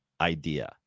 idea